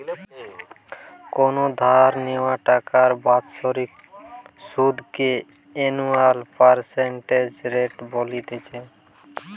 কোনো ধার নেওয়া টাকার বাৎসরিক সুধ কে অ্যানুয়াল পার্সেন্টেজ রেট বলতিছে